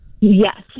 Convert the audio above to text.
Yes